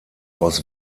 aus